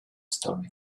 story